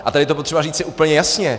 A tady je to potřeba říci úplně jasně.